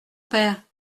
père